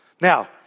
Now